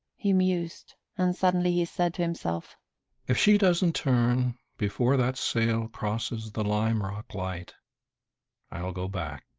he mused and suddenly he said to himself if she doesn't turn before that sail crosses the lime rock light i'll go back.